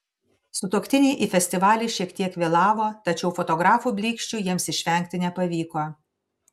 sutuoktiniai į festivalį šiek tiek vėlavo tačiau fotografų blyksčių jiems išvengti nepavyko